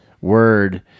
word